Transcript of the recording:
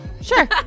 sure